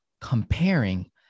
comparing